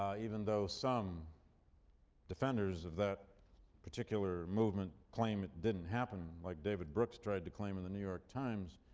even though some defenders of that particular movement claim it didn't happen, like david brooks tried to claim in the new york times.